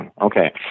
Okay